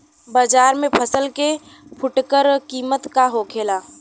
बाजार में फसल के फुटकर कीमत का होखेला?